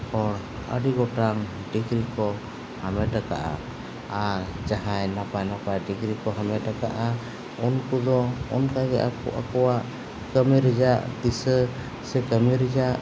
ᱦᱚᱲ ᱟᱹᱰᱤ ᱜᱚᱴᱟᱝ ᱰᱤᱜᱽᱨᱤ ᱠᱚ ᱦᱟᱢᱮᱴᱟᱠᱟᱜᱼᱟ ᱟᱨ ᱡᱟᱦᱟᱸᱭ ᱱᱟᱯᱟᱭ ᱱᱟᱯᱟᱭ ᱰᱤᱜᱽᱨᱤ ᱠᱚ ᱦᱟᱢᱮᱴ ᱟᱠᱟᱜᱼᱟ ᱩᱱᱠᱩ ᱫᱚ ᱚᱱᱠᱟᱜᱮ ᱟᱠᱚ ᱟᱠᱚᱣᱟᱜ ᱠᱟᱹᱢᱤ ᱨᱮᱭᱟ ᱠᱤᱥᱟᱹ ᱥᱮ ᱠᱟᱹᱢᱤ ᱨᱮᱭᱟᱜ